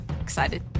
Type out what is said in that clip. excited